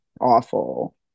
awful